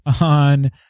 on